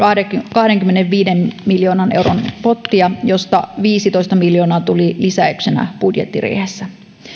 kahdenkymmenenviiden miljoonan euron pottia josta viisitoista miljoonaa tuli lisäyksenä budjettiriihessä